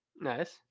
Nice